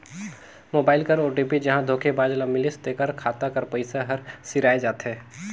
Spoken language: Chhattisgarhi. मोबाइल कर ओ.टी.पी जहां धोखेबाज ल मिलिस तेकर खाता कर पइसा हर सिराए जाथे